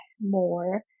more